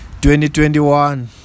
2021